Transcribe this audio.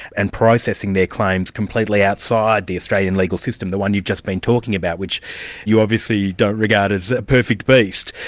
and processing their claims completely outside the australian legal system, the one you've just been talking about, which you obviously don't regard as a perfect beast.